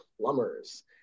Plumbers